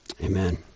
Amen